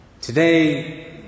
today